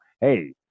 Hey